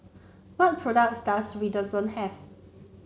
what products does Redoxon have